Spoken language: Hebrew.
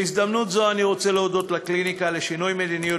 בהזדמנות זו אני רוצה להודות לקליניקה לשינוי מדיניות